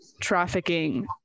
trafficking